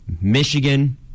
Michigan